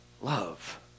love